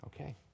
Okay